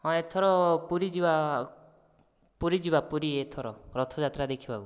ହଁ ଏଥର ପୁରୀ ଯିବା ପୁରୀ ଯିବା ପୁରୀ ଏଥର ରଥଯାତ୍ରା ଦେଖିବାକୁ